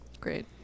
Great